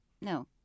No